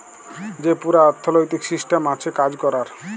যে পুরা অথ্থলৈতিক সিসট্যাম আছে কাজ ক্যরার